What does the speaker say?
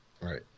Right